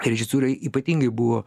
režisūra ypatingai buvo